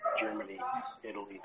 Germany-Italy